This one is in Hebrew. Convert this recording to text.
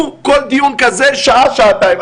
כל דיון כזה היה שעה או שעתיים,